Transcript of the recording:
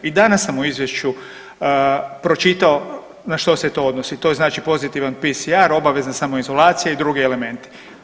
I danas sam u izvješću pročitao na što se to odnosi, to znači pozitivan PCR, obavezna samoizolacija i drugi elementi.